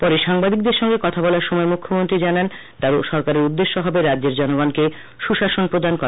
পরে সাংবাদিকদের সাথে কথা বলার সময় মুখ্যমন্ত্রী জানান তার সরকারের মুখ্য উদ্দেশ্য হবে রাজ্যের জনগণকে সুশাসন প্রদান করা